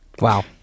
wow